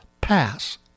pass